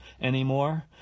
anymore